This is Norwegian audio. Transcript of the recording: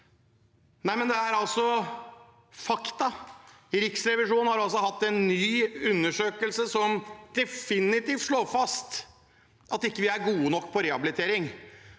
gå, men det er altså fakta. Riksrevisjonen har hatt en ny undersøkelse som definitivt slår fast at vi ikke er gode nok på rehabilitering.